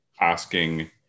asking